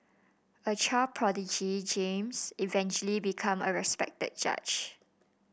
a child prodigy James eventually become a respected judge